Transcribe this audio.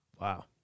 Wow